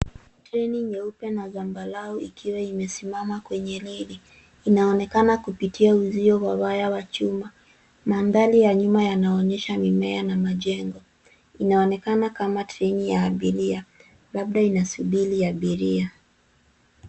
Treni nyeupe na zambarau ikiwa imesimama kwenye reli, inaoenekana kupitia uzio wa waya wa chuma. Mandhari ya nyuma yanaonyesha mimea na majengo inaonekana kama treni ya abiria, labda inasubiri abiria.